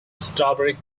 strawberry